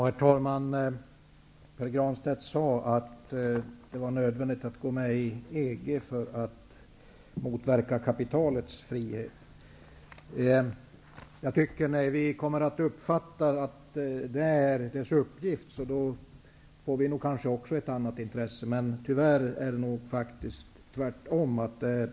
Herr talman! Pär Granstedt sade att det är nödvändigt att gå med i EG för att motverka kapitalets frihet. När vi kommer att uppfatta att detta är EG:s uppgift får vi kanske också ett annat intresse. Men tyvärr är det nog tvärtom.